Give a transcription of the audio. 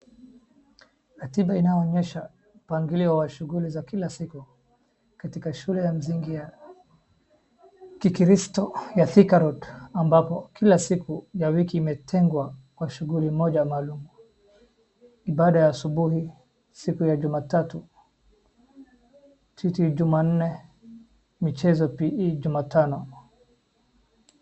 Latiba inayoonyesha mpangilio wa shughuli za kila siku, katika shule ya msingi ya kikristo ya Thika road ambako kila siku ya weki imetengwa kwa shughuli moja maalum, ibada ya asubuhi siku ya jumatatu, treating jumanne, michezo PE jumatano.